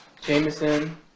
Jameson